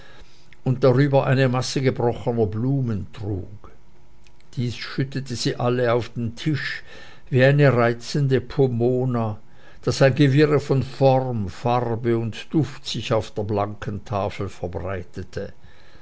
und darüber eine masse gebrochener blumen trug dies schüttete sie alles auf den tisch wie eine reizende pomona daß ein gewirre von form farbe und duft sich auf der blanken tafel verbreitete